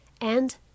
And